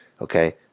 Okay